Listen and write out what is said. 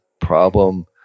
problem